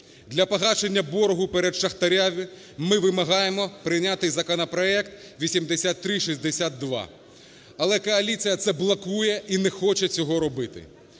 Для погашення боргу перед шахтарями ви вимагаємо прийняти законопроект 8362. Але коаліція це блокує і не хоче цього робити.